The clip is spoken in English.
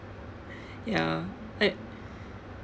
ya I